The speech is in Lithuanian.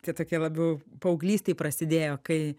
tie tokie labiau paauglystėj prasidėjo kai